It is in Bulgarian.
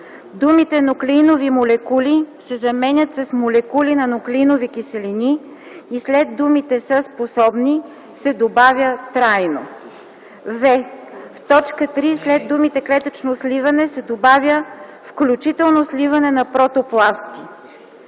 думите “нуклеинови молекули” се заменят с “молекули на нуклеинови киселини” и след думите „са способни” се добавя ”трайно”; в) в т. 3 след думите „клетъчно сливане” се добавя „включително сливане на протопласти”.